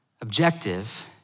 objective